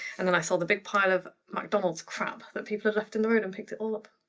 and then i saw the big pile of mcdonald's crap that people had left in the road and picked it all up.